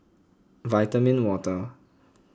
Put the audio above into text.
Vitamin Water